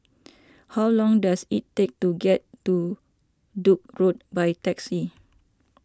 how long does it take to get to Duke's Road by taxi